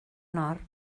nord